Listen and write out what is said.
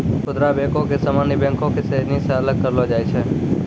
खुदरा बैको के सामान्य बैंको के श्रेणी से अलग करलो जाय छै